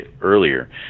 earlier